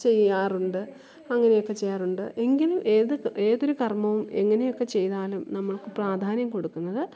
ചെയ്യാറുണ്ട് അങ്ങനെയൊക്കെ ചെയ്യാറുണ്ട് എങ്കിലും ഏത് ഏതൊരു കര്മ്മവും എങ്ങനെയൊക്കെ ചെയ്താലും നമുക്ക് പ്രാധാന്യം കൊടുക്കുന്നത്